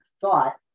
thought